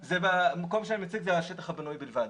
במקום שאני מציג, זה השטח הבנוי בלבד.